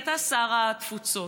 אתה שר התפוצות,